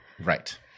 Right